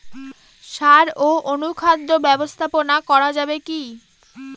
সাড় ও অনুখাদ্য ব্যবস্থাপনা করা যাবে কি?